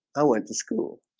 i went to school